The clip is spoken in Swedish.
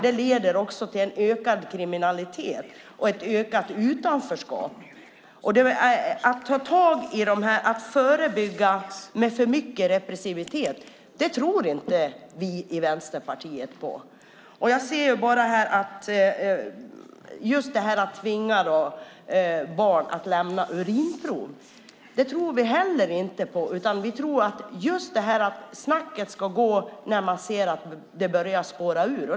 Det leder också till en ökad kriminalitet och ett ökat utanförskap. Att ta tag i detta och förebygga med för mycket repressivitet tror inte vi i Vänsterpartiet på. Vi tror inte heller på att tvinga barn att lämna urinprov. Snacket ska gå när man ser att det börjar spåra ur.